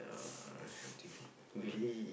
yes I think so correct